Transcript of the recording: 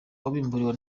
wabimburiwe